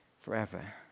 Forever